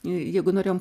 jeigu norėjom